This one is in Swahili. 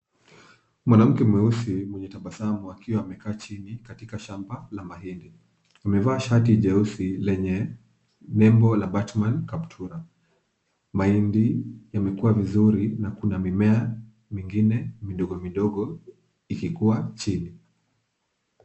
Mwanamke mweusi mwenye tabasamu akiwa amekaa chini katika shamba la mahindi. Amevaa shati jeusi lenye nembo la Batman kaptura. Mahindi yamekuwa vizuri na kuna mimea mingine midogo midogo ikikuwa chini.